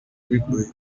bigoye